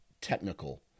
technical